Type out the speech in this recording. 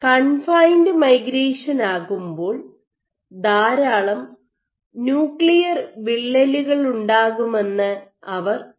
confined migration ആകുമ്പോൾ ധാരാളം nuclear വിള്ളലുകളുണ്ടാകുമെന്ന് അവർ കാണിച്ചു